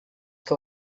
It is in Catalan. que